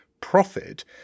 profit